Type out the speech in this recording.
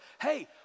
hey